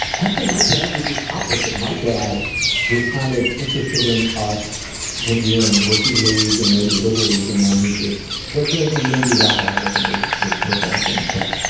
actually, my dad was the opposite. my dad was kind of interested in us when we were in rookie league and maybe little league. and then, he just but, then again, maybe his alcoholism was, was progressing. but,